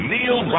Neil